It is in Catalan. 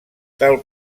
tal